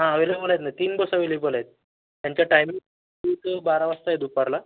हां अव्हेलेबल आहेत ना तीन बस अव्हेलेबल आहेत त्यांचं टाईमिंग टूचं बारा वाजता आहे दुपारला